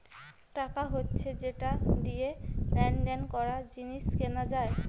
টাকা হচ্ছে যেটা দিয়ে লেনদেন করা, জিনিস কেনা যায়